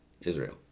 Israel